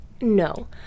no